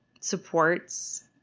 supports